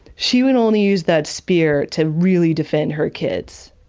she would only use that spear, to really defend her kids.